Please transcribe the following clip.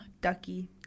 Ducky